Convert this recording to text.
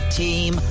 team